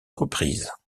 reprises